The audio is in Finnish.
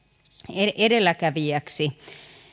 edelläkävijäksi